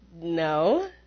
No